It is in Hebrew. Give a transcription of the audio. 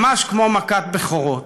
ממש כמו מכת בכורות.